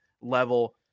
level